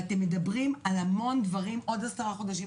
ואתם מדברים על המון דברים עוד עשרה חודשים,